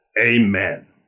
Amen